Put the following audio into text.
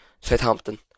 Southampton